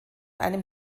einem